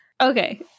Okay